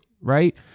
right